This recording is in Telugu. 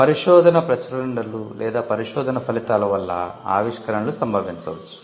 పరిశోధన ప్రచురణలు లేదా పరిశోధన ఫలితాల వల్ల ఆవిష్కరణలు సంభవించవచ్చు